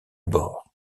bord